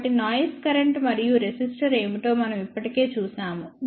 కాబట్టి noise current మరియు resistor ఏమిటో మనం ఇప్పటికే చూశాము